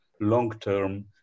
long-term